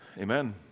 Amen